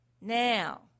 Now